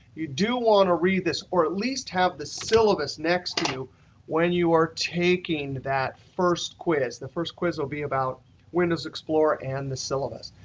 you do want to read this, or at least have the syllabus next to you when you are taking that first quiz. the first quiz'll be about windows explorer, and the syllabus.